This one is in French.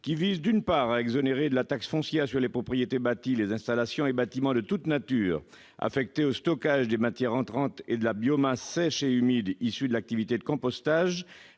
cet amendement vise à exonérer de la taxe foncière sur les propriétés bâties les installations et bâtiments de toute nature affectés au stockage des matières entrantes et de la biomasse sèche et humide issue de l'activité de compostage